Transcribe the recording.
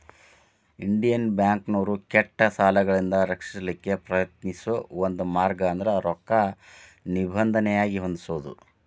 Indian ಬ್ಯಾಂಕ್ನೋರು ಕೆಟ್ಟ ಸಾಲಗಳಿಂದ ರಕ್ಷಿಸಲಿಕ್ಕೆ ಪ್ರಯತ್ನಿಸೋ ಒಂದ ಮಾರ್ಗ ಅಂದ್ರ ರೊಕ್ಕಾ ನಿಬಂಧನೆಯಾಗಿ ಹೊಂದಿಸೊದು